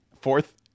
fourth